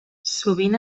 sovint